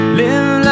live